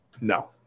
No